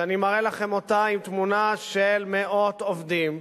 שאני מראה לכם אותה, עם תמונה של מאות עובדים,